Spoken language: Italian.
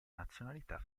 nazionalità